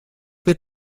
wird